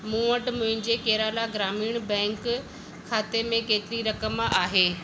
मूं वटि मुंहिंजे केरला ग्रामीण बैंक खाते में केतिरी रक़मु आहे